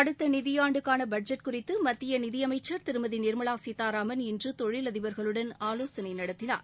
அடுத்த நிதியாண்டுக்கான பட்ஜெட் குறித்து மத்திய நிதி அமைச்சர் திருமதி நிா்மலா கீதாராமன் இன்று தொழிலதிபர்களுடன் ஆலோசனை நடத்தினார்